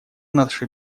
наша